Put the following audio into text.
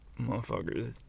motherfuckers